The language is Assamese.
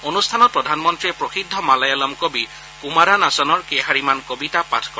অনুষ্ঠানত প্ৰধানমন্ত্ৰীয়ে প্ৰসিদ্ধ মালায়ালম কবি কুমাৰানাছনৰ কেইশাৰীমান কবিতা পাঠ কৰে